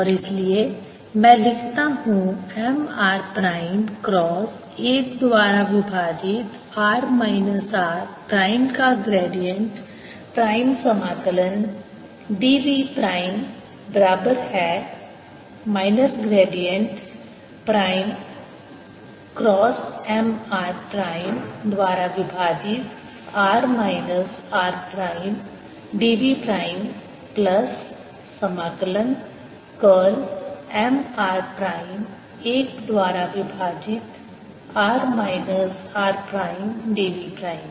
और इसलिए मैं लिखता हूं M r प्राइम क्रॉस 1 द्वारा विभाजित r माइनस r प्राइम का ग्रेडिएंट प्राइम समाकलन dv प्राइम बराबर है minus gradient prime cross M r prime द्वारा विभाजित r minus r prime dv prime plus समाकलन कर्ल M r प्राइम 1 द्वारा विभाजित r minus r prime dv prime